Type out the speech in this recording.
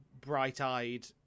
bright-eyed